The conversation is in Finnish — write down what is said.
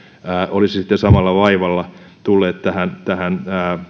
olisi sitten samalla vaivalla tulleet tähän tähän